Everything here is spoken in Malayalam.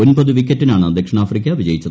ഒൻപത് വിക്കറ്റിനാണ് ദക്ഷിണാഫ്രിക്ക വിജയിച്ചത്